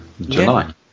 July